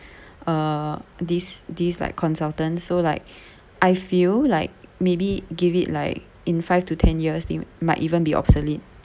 uh these these like consultants so like I feel like maybe give it like in five to ten years they might even be obsolete